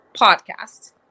podcast